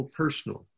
personal